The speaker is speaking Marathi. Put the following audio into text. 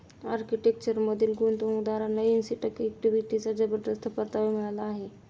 आर्किटेक्चरमधील गुंतवणूकदारांना ऐंशी टक्के इक्विटीचा जबरदस्त परतावा मिळाला आहे